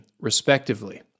respectively